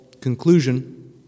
conclusion